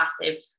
massive